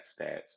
stats